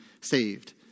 saved